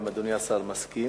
אם אדוני השר מסכים.